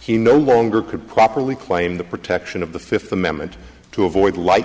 he no longer could properly claim the protection of the fifth amendment to avoid li